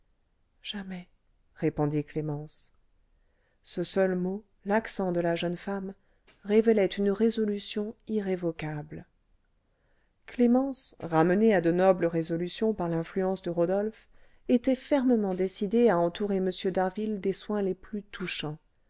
jamais répondit clémence ce seul mot l'accent de la jeune femme révélaient une résolution irrévocable clémence ramenée à de nobles résolutions par l'influence de rodolphe était fermement décidée à entourer m d'harville des soins les plus touchants